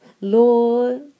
Lord